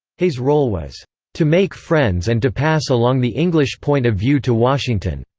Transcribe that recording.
hay's role was to make friends and to pass along the english point of view to washington.